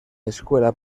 escuela